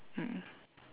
mm